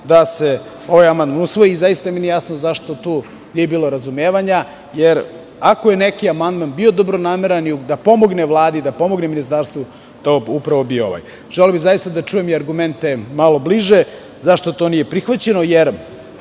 da se ovaj amandman usvoji i zaista mi nije jasno zašto tu nije bilo razumevanja jer ako neki amandman bio dobronameran da pomogne Vladi i ministarstvu to je bio ovaj. Želeo bih da čujem i argumente malo bliže zašto to nije prihvaćeno jer